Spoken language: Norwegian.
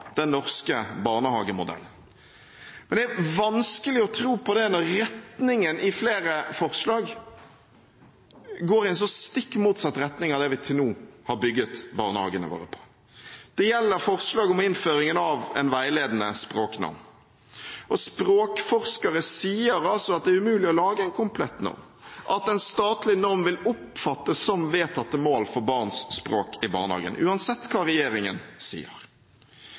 den norske barnehagemodellen. Men det er vanskelig å tro på det når flere forslag går i stikk motsatt retning av det vi til nå har bygd barnehagene våre på. Det gjelder forslaget om innføringen av en veiledende språknorm. Språkforskere sier det er umulig å lage en komplett norm – at en statlig norm vil oppfattes som et vedtatt mål for barns språk i barnehagen, uansett hva regjeringen sier.